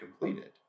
completed